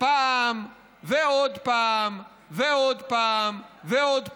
פעם ועוד פעם ועוד פעם ועוד פעם,